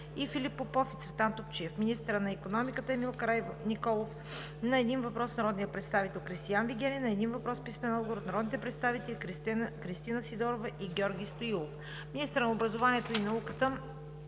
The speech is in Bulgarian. министърът на образованието и науката